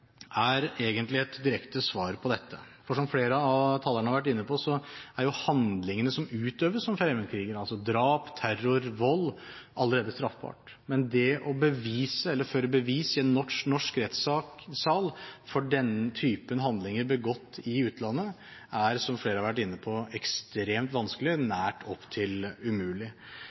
er egentlig et direkte svar på dette. For som flere av talerne har vært inne på, er jo handlingene som utøves av fremmedkrigere, altså drap, terror og vold, allerede straffbare. Men det å bevise eller føre bevis i en norsk rettssal for denne typen handlinger begått i utlandet, er, som flere har vært inne på, ekstremt vanskelig – nær opptil umulig.